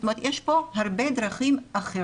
זאת אומרת יש פה הרבה דרכים אחרות,